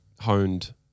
honed